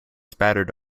spattered